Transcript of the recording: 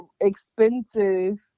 expensive